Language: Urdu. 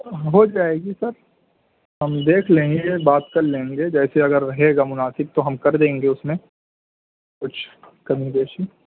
ہو جائے گی سر ہم دیکھ لیں گے بات کر لیں گے جیسے اگر رہے گا مناسب تو ہم کر دیں گے اس میں کچھ کمی بیشی